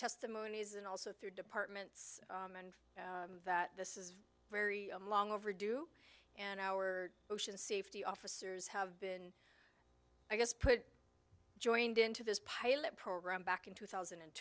testimonies and also through departments that this is a very long overdue and our oceans safety officers have been i guess put joined into this pilot program back in two thousand and